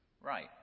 right